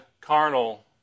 carnal